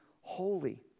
holy